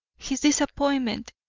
his disappointment,